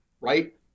right